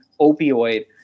opioid